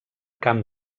camp